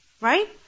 Right